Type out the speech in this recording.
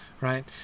Right